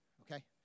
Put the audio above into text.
okay